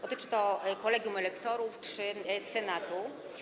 Dotyczy to kolegium elektorów czy senatu.